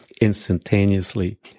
instantaneously